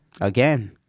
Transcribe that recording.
Again